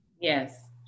Yes